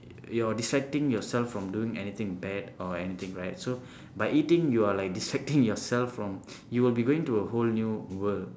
you're distracting yourself from doing anything bad or anything right so by eating you are like distracting yourself from you'll be going into a whole new world